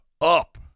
up